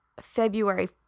February